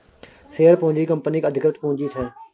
share पूँजी कंपनीक अधिकृत पुंजी छै